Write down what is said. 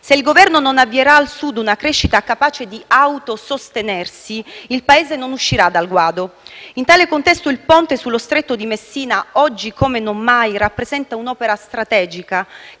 Se il Governo non avvierà al Sud una crescita capace di autosostenersi, il Paese non uscirà dal guado. In tale contesto, il ponte sullo Stretto di Messina, oggi come non mai, rappresenta un'opera strategica,